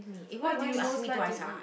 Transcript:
what do you most like to eat